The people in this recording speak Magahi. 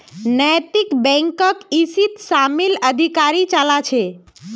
नैतिक बैकक इसीत शामिल अधिकारी चला छे